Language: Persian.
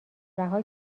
رها